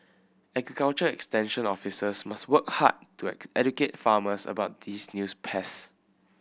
agriculture extension officers must work hard to educate farmers about these news pests